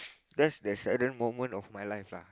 that's the saddest moment of my life lah